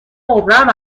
مبرم